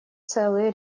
целый